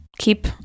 keep